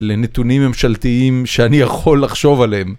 לנתונים ממשלתיים שאני יכול לחשוב עליהם